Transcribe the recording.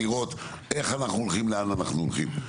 לראות איך אנחנו הולכים ולאן אנחנו הולכים.